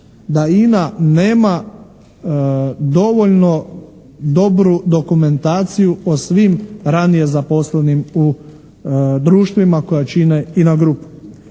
da INA nema dovoljno dobru dokumentaciju o svim ranije zaposlenim u društvima koja čine INA grupu.